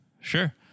Sure